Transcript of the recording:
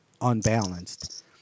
unbalanced